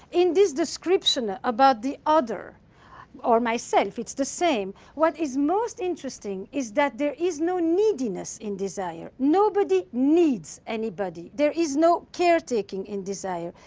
in this description ah about the other or myself it's the same what is most interesting is that there is no neediness in desire. nobody needs anybody. there is no caretaking in desire.